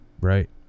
Right